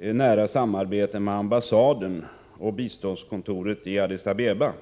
ett nära samarbete med ambassaden och biståndskontoret i Addis Abeba.